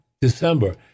December